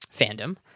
fandom